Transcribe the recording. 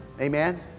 Amen